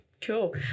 Cool